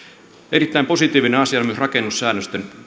erittäin positiivinen asia on myös rakennussäännösten